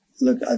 Look